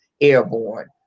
airborne